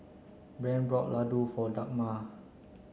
Brant bought Ladoo for Dagmar